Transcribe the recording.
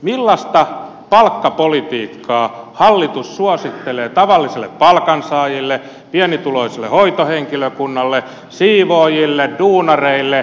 millaista palkkapolitiikkaa hallitus suosittelee tavallisille palkansaajille pienituloiselle hoitohenkilökunnalle siivoojille duunareille